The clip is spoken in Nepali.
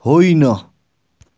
होइन